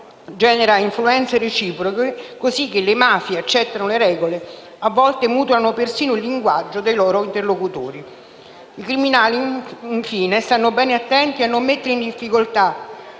"altro" genera influenze reciproche, così che le mafie accettano le regole, a volte mutuano persino il linguaggio, dei loro interlocutori. I criminali, infine, stanno bene attenti a non mettere in difficoltà